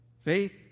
faith